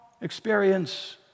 experience